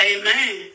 Amen